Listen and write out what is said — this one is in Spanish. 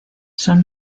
son